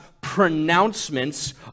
pronouncements